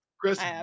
Chris